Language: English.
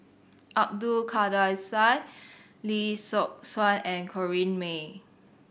Abdul Kadir Syed Lee Yock Suan and Corrinne May